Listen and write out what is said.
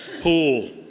Paul